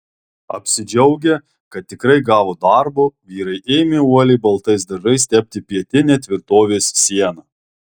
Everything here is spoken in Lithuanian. apsidžiaugę kad tikrai gavo darbo vyrai ėmė uoliai baltais dažais tepti pietinę tvirtovės sieną